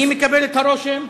אני מקבל את הרושם,